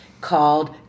called